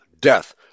death